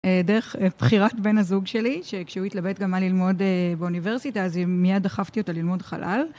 דרך בחירת בן הזוג שלי, שכשהוא התלבט גם מה ללמוד באוניברסיטה, אז מיד דחפתי אותו ללמוד חלל.